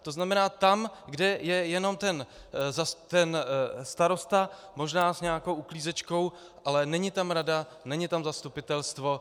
To znamená, tam, kde je jenom ten starosta, možná s nějakou uklízečkou, ale není tam rada, není tam zastupitelstvo.